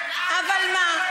אבל מה?